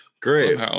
Great